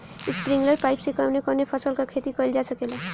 Sprinkler pipe से कवने कवने फसल क खेती कइल जा सकेला?